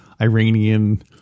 Iranian